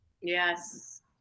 Yes